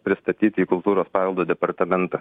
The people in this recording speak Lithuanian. pristatyti į kultūros paveldo departamentą